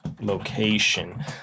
location